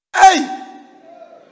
Hey